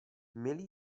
měli